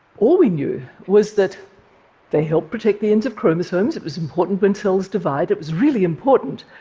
all we knew was that they helped protect the ends of chromosomes. it was important when cells divide. it was really important,